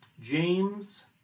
James